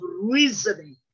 reasoning